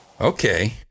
Okay